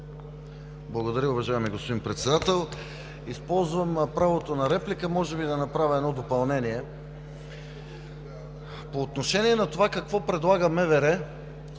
Благодаря, уважаеми господин Председател. Използвам правото на реплика може би да направя едно допълнение. По отношение на това какво предлага МВР